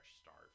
start